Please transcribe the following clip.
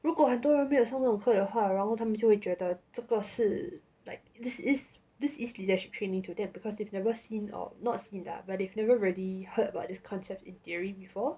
如果很多人没有上那种课的话然后他们就会觉得这个是 like this is this is leadership training to them because they've never seen or not seen lah but they've never really heard about this concept in theory before